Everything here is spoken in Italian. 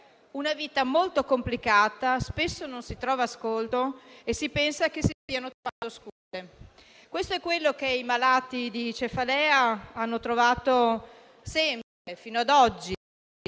una vita molto complicata e del fatto che spesso non si trova ascolto e si pensa che si stiano trovando scuse. Questo è quello che i malati di cefalea hanno trovato sempre, fino a oggi,